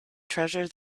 treasure